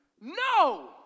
No